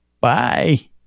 Bye